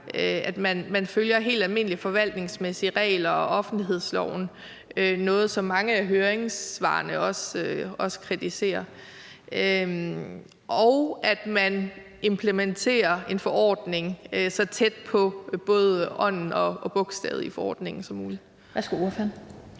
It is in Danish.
at man følger helt almindelige forvaltningsmæssige regler og offentlighedsloven, hvilket er noget, som mange af høringssvarene også kritiserer, og at man implementerer en forordning så tæt på både ånden og bogstavet i forordningen som muligt.